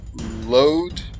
load